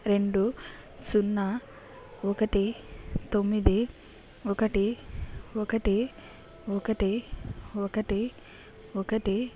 రెండు సున్న ఒకటి తొమ్మిది ఒకటి ఒకటి ఒకటి ఒకటి ఒకటి